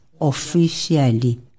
officially